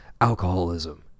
alcoholism